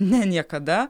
ne niekada